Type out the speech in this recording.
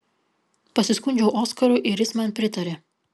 pasiskundžiau oskarui ir jis man pritarė